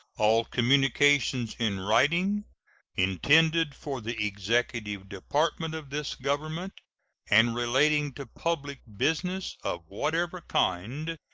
all communications in writing intended for the executive department of this government and relating to public business of whatever kind,